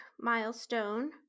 Milestone